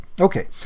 Okay